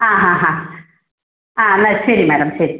ആ ആ ആ ആ എന്നാൽ ശരി മാഡം ശരി